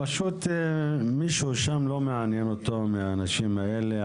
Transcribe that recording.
פשוט מישהו שם לא מעניין אותו מהאנשים האלה,